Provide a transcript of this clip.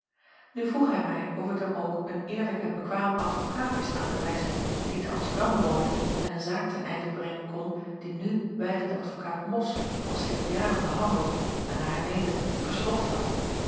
nu vroeg hij mij of ik hem ook een eerlijk en bekwaam advokaat wist aan te wijzen die te amsterdam woonde en een zaak ten einde brengen kon die nu wijlen de adv mosch al sedert jaren behandeld en naar hij meende versloft had